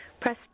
Press